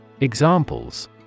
Examples